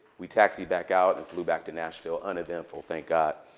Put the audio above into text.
we taxied back out and flew back to nashville uneventful, thank god.